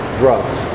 drugs